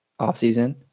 offseason